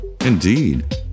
Indeed